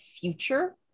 future